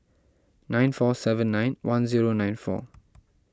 nine four seven nine one zero nine four